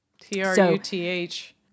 T-R-U-T-H